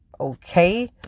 Okay